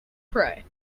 pray